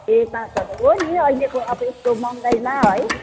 ए पाँच हजार हो नि अहिलेको अब यस्तो महँगाईमा है